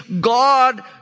God